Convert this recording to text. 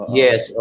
yes